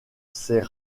ces